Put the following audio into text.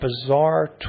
bizarre